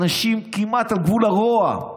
אנשים כמעט על גבול הרוע,